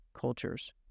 cultures